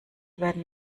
werden